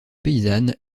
paysanne